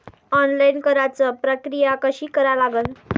Online कराच प्रक्रिया कशी करा लागन?